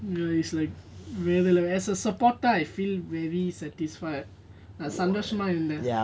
ya it's like really as a supporter I feel very satisfied நான்சந்தோசமாஇருந்தேன்:nan sandhosama irunthen